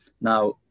Now